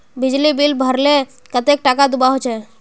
बिजली बिल भरले कतेक टाका दूबा होचे?